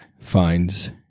finds